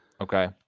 Okay